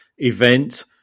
event